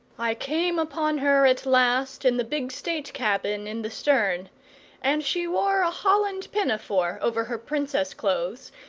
i came upon her at last in the big state-cabin in the stern and she wore a holland pinafore over her princess-clothes,